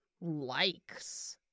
likes